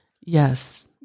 Yes